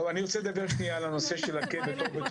כל הנושאים האלה שאנחנו מדברים למשל על בית